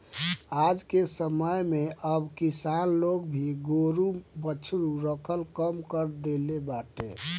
आजके समय में अब किसान लोग भी गोरु बछरू रखल कम कर देले बाटे